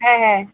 হ্যাঁ হ্যাঁ